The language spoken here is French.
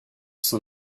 sein